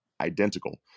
identical